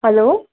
hello